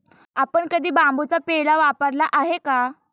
आपण कधी बांबूचा पेला वापरला आहे का?